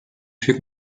fait